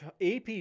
AP